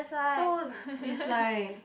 so is like